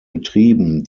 betrieben